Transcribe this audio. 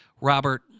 Robert